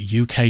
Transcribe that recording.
UK